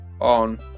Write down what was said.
on